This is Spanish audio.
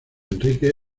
enrique